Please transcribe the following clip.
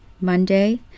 Monday